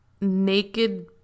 naked